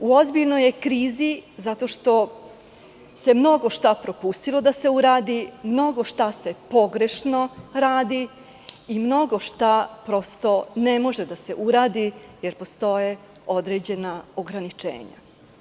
U ozbiljnoj je krizi zato što se mnogo šta propustilo da se uradi, mnogo šta se pogrešno radi i mnogo šta prosto ne može da se uradi jer postoje određena ograničenja.